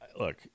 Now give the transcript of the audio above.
Look